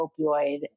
opioid